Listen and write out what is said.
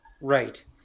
Right